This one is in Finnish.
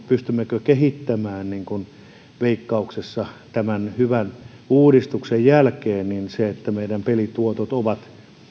pystymmekö kehittämään veikkauksessa tämän hyvän uudistuksen jälkeen sitä että meidän pelituotot ovat